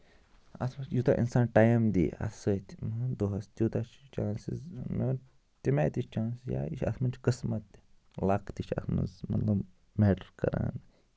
اَتھ منٛز یوٗتاہ اِنسان ٹایم دی اَتھ سۭتۍ دۄہَس تیوٗتاہ چھُ چانسِز تَمہِ آیہِ تہِ چھِ چانسِز یا یہِ چھِ اَتھ منٛز چھِ قسمت تہِ لَک تہِ چھِ اَتھ منٛز مطلب مٮ۪ٹر کران